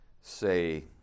say